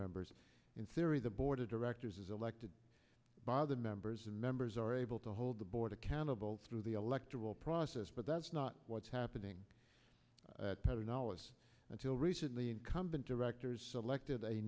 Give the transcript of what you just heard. members in theory the board of directors is elected by the members and members are able to hold the board accountable through the electoral process but that's not what's happening at better knowledge until recently incumbent directors selected